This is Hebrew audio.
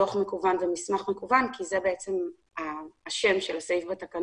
דוח מקוון ומסמך מקוון כי זה בעצם השם של הסעיף בתקנות.